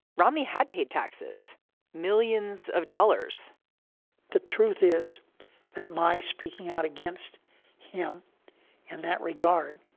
romney had paid taxes millions of dollars the truth is that my speaking out against him in that regard